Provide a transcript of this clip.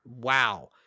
Wow